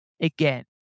again